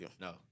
no